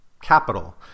capital